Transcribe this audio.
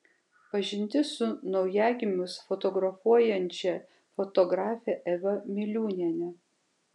pažintis su naujagimius fotografuojančia fotografe eva miliūniene